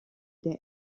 der